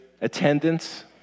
attendance